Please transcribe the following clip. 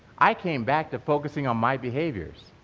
i came back to focusing on my behaviors.